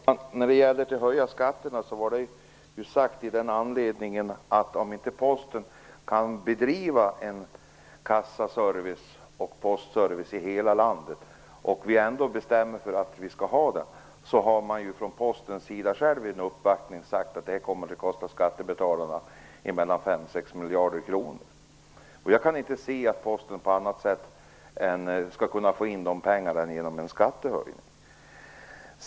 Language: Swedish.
Fru talman! När det gäller att höja skatterna vill jag säga följande: Posten har vid en uppvaktning sagt att kassa och postservice i hela landet, om vi bestämmer oss för att ha en sådan, kommer att kosta skattebetalarna mellan 5 och 6 miljarder kronor. Jag kan inte se att Posten skall kunna få in de pengarna på annat sätt än genom en skattehöjning.